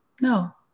No